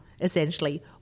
Essentially